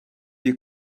you